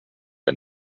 and